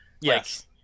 yes